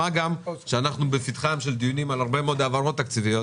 מה גם שאנחנו בפתחם של דיונים על הרבה מאוד העברות תקציביות,